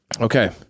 Okay